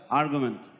argument